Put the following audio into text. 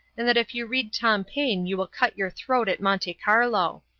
and that if you read tom paine you will cut your throat at monte carlo.